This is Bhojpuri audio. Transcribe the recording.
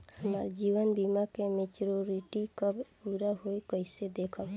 हमार जीवन बीमा के मेचीयोरिटी कब पूरा होई कईसे देखम्?